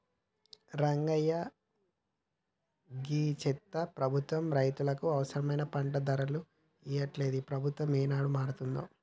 రంగయ్య గీ చెత్త ప్రభుత్వం రైతులకు అవసరమైన పంట ధరలు ఇయ్యట్లలేదు, ఈ ప్రభుత్వం ఏనాడు మారతాదో